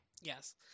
Yes